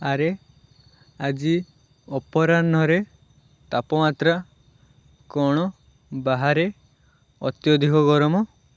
ଆରେ ଆଜି ଅପରାହ୍ନରେ ତାପମାତ୍ରା କ'ଣ ବାହାରେ ଅତ୍ୟଧିକ ଗରମ